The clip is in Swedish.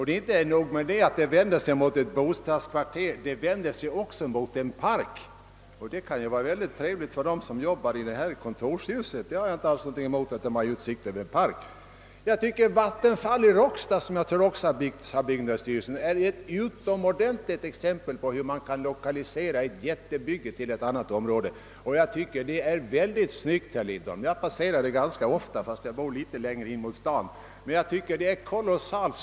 Det är inte nog med att det vänder sig mot ett bostadskvarter, det vänder sig också mot en park. Det kan självfallet vara trevligt för den som arbetar i detta kontorshus att ha utsikt över en park — det har jag inte alls något emot. Vattenfall i Råcksta, som också har byggts av byggnadsstyrelsen, tycker jag är ett utomordentligt exempel på hur man kan lokalisera ett jättebygge till ett område längre ut. Det är enligt min mening väldigt snyggt, herr Lindholm. Jag passerar det ganska ofta fast jag bor litet närmare staden.